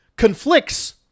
conflicts